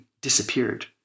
disappeared